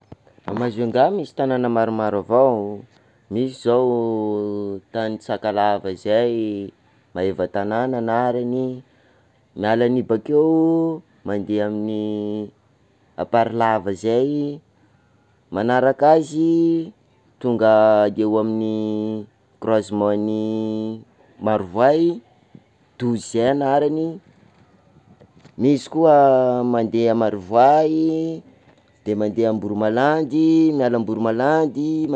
A Majungà misy tànana maromaro avao: misy zao tany sakalava zay Maevatanana anarany, miala an'io bakeo mandeha amin'ny Amparilava zay, manaraka azy tonga de eo amin'ny croisementn'i Marovoay, Douzy zay anarany, misy koa mandeha Marovoay, de mande Amboromalandy, miala Amboromalandy.